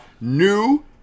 new